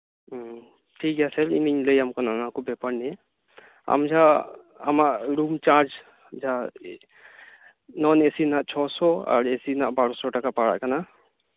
ᱴᱷᱤᱠ ᱜᱮᱭᱟ ᱥᱮᱨ ᱞᱟᱹᱭ ᱟᱢ ᱠᱟᱱᱟ ᱚᱱᱟ ᱠᱚ ᱵᱮᱯᱟᱨ ᱱᱤᱭᱮ ᱟᱢ ᱡᱟᱸᱦᱟ ᱟᱢᱟᱜ ᱨᱩᱢ ᱪᱟᱨᱡ ᱡᱟᱦᱟᱸ ᱱᱚᱜᱼᱚᱭ ᱱᱚᱱ ᱮᱥᱤ ᱨᱮᱭᱟᱜ ᱛᱩᱨᱩᱭ ᱥᱟᱭ ᱟᱨ ᱱᱚᱱ ᱮᱥᱤ ᱨᱮᱭᱟᱜ ᱜᱮᱞᱵᱟᱨ ᱥᱟᱭ ᱴᱟᱠᱟ ᱯᱟᱲᱟᱜ ᱠᱟᱱᱟ